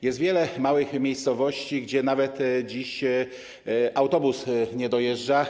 Jest wiele małych miejscowości, gdzie nawet dziś autobus nie dojeżdża.